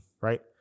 Right